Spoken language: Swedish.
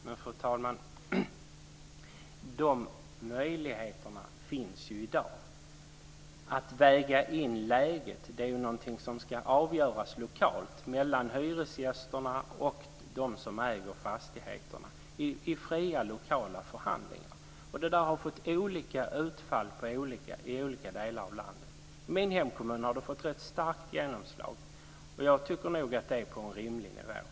Fru talman! De möjligheterna finns ju i dag. Att väga in läget är någonting som ska avgöras lokalt mellan hyresgästerna och dem som äger fastigheterna, i fria lokala förhandlingar. Det där har fått olika utfall i olika delar av landet. I min hemkommun har det fått rätt starkt genomslag, och jag tycker nog att det är på en rimlig nivå.